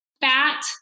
fat